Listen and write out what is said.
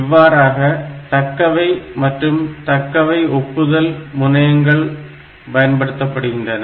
இவ்வாறாக தக்கவை மற்றும் தக்கவை ஒப்புதல் முனையங்கள் பயன்படுத்தப்படுகின்றன